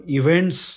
events